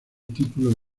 título